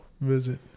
visit